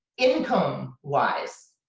income wise,